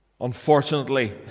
Unfortunately